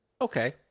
Okay